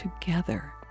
together